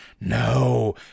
No